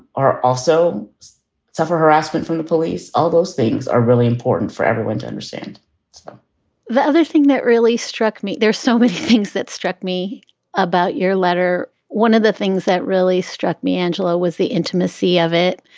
are also suffer harassment from the police. all those things are really important for everyone to understand so the other thing that really struck me. there's so many things that struck me about your letter. one of the things that really struck me, angela, was the intimacy of it,